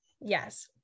Yes